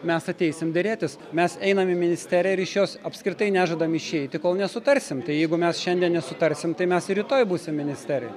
mes ateisim derėtis mes einam į ministeriją ir iš jos apskritai nežadam išeiti kol nesutarsim tai jeigu mes šiandien nesutarsim tai mes ir rytoj būsim ministerijoj